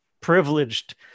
privileged